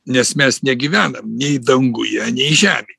nes mes negyvenam nei danguje nei žemė